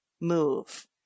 move